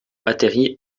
atterrit